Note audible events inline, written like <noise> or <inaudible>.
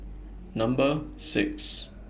<noise> Number six